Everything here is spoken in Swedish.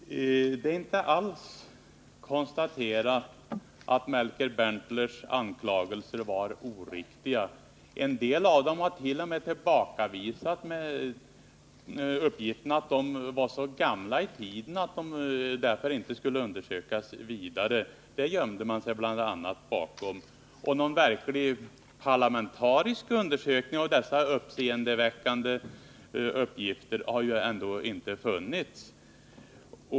Fru talman! Det är inte alls konstaterat att Melker Berntlers anklagelser var oriktiga. I en del fall har man sökt tillbakavisa anklagelserna med påståendet att de var så gamla att de därför inte skulle undersökas vidare. Det gömde man sig bl.a. bakom, och någon verklig parlamentarisk undersökning av dessa uppseendeväckande uppgifter har ju ändå inte gjorts.